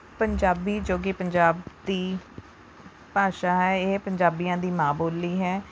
ਪੰਜਾਬੀ ਜੋ ਕਿ ਪੰਜਾਬ ਦੀ ਭਾਸ਼ਾ ਹੈ ਇਹ ਪੰਜਾਬੀਆਂ ਦੀ ਮਾਂ ਬੋਲੀ ਹੈ